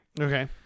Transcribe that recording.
Okay